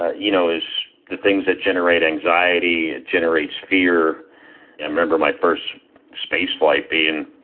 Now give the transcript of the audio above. ah you know, is the things that generate anxiety, generates fear. i remember my first spaceflight being